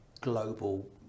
global